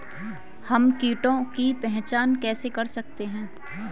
हम कीटों की पहचान कैसे कर सकते हैं?